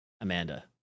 Amanda